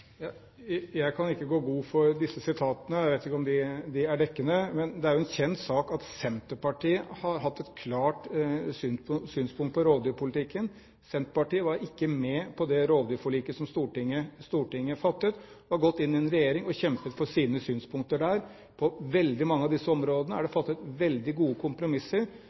Jeg kan ikke gå god for disse sitatene, jeg vet ikke om de er dekkende. Det er en kjent sak at Senterpartiet har hatt et klart synspunkt på rovdyrpolitikken. Senterpartiet var ikke med på det rovdyrforliket som Stortinget fattet, og har gått inn i en regjering og kjempet for sine synspunkter der. På veldig mange av disse områdene er det fattet veldig gode